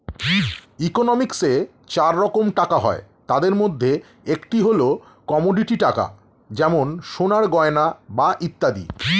ইকোনমিক্সে চার রকম টাকা হয়, তাদের মধ্যে একটি হল কমোডিটি টাকা যেমন সোনার গয়না বা ইত্যাদি